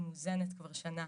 היא מאוזנת כבר שנה.